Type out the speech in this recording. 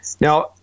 Now